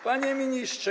Panie Ministrze!